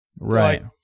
right